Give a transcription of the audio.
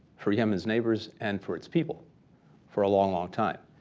for yemen's neighbors and for its people for a long, long time.